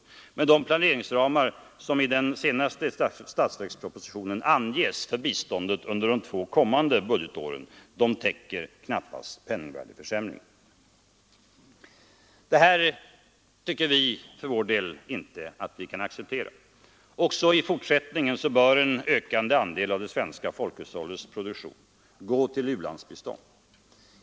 De planeringsramar som i den senaste statsverkspropositionen anges för biståndet efter 1975/76 täcker knappast penningvärdeförsämringen. För vår del tycker vi inte att vi kan acceptera detta. Också i fortsättningen bör en ökande andel av det svenska folkhushållets produktion gå till u-landsbistånd.